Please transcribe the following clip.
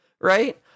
Right